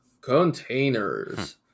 containers